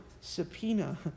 subpoena